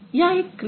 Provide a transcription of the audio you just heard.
या एक क्रिया